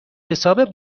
حساب